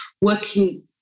working